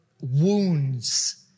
wounds